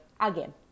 again